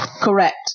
Correct